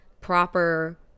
proper